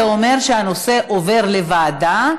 זה אומר שהנושא עובר לוועדה.